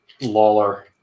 Lawler